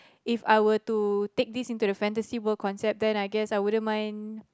If I were to take this into the fantasy world concept then I guess I wouldn't mind